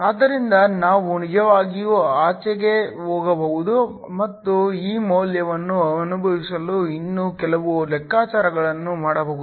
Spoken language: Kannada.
ಆದ್ದರಿಂದ ನಾವು ನಿಜವಾಗಿಯೂ ಆಚೆಗೆ ಹೋಗಬಹುದು ಮತ್ತು ಈ ಮೌಲ್ಯವನ್ನು ಅನುಭವಿಸಲು ಇನ್ನೂ ಕೆಲವು ಲೆಕ್ಕಾಚಾರಗಳನ್ನು ಮಾಡಬಹುದು